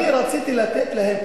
רציתי לתת להם,